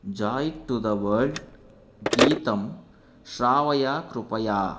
joy to the world गीतं श्रावय कृपया